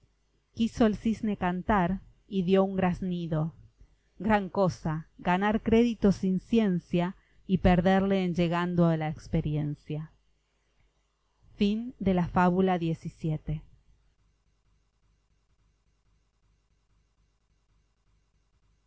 quiso el cisne cantar y dió un graznido gran cosa ganar crédito sin ciencia y perderle en llegando a la experiencia fábula